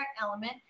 element